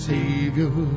Savior